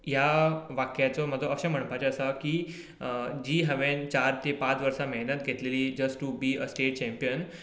ह्या वाक्याचो म्हाका अशें म्हणपाचें आसा की जी हांवें चार ते पांच वर्सां मेहनत घेतलेली just to be a state champion